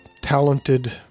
talented